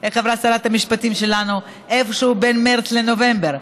איך אמרה שרת המשפטים שלנו: איפשהו בין מרס לנובמבר.